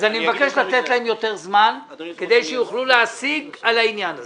אני מבקש לתת להם יותר זמן כדי שיוכלו להשיג על העניין הזה.